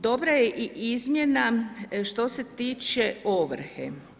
Dobra je i izmjena što se tiče ovrhe.